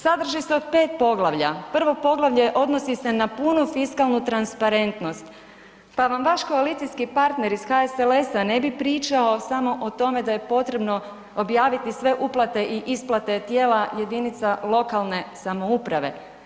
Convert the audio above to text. Sadrži se od pet poglavlja, prvo poglavlje odnosi se na punu fiskalnu transparentnost, pa vam vaš koalicijski partner iz HSLS-a ne bi pričao samo o tome da je potrebno objaviti sve uplate i isplate tijela jedinica lokalne samouprave.